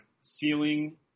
ceiling